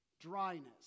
Dryness